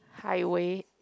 highway